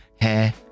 hair